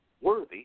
worthy